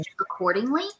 accordingly